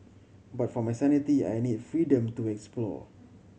but for my sanity I need freedom to explore